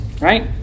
right